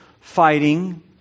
fighting